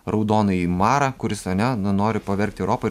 raudonąjį marą kuris ane nu nori pavergt europą